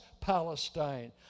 Palestine